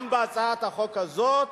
גם בהצעת החוק הזאת